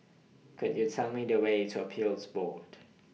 Could YOU Tell Me The Way to Appeals Board